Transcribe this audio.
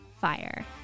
fire